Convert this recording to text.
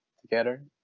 together